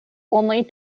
only